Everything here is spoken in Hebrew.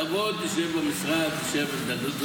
תבוא, תשב במשרד, נדון.